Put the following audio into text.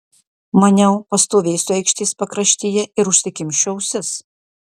maniau pastovėsiu aikštės pakraštyje ir užsikimšiu ausis